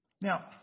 Now